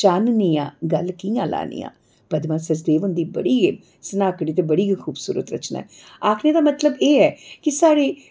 चाननी गल्ल कियां लानियां पदमा सचदेव हुंदी बड़ी गै सनाह्कड़ी ते बड़ी गै खूबसुरत रचना ऐ आखने दा मतलब एह् ऐ कि साढ़े